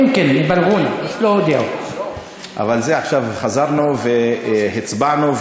אבל חזרנו והצבענו,